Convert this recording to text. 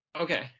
Okay